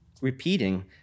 repeating